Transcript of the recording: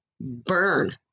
burn